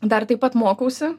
dar taip pat mokausi